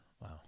wow